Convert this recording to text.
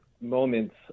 moments